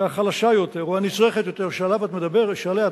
החלשה יותר, או הנצרכת יותר, שעליה את מדברת,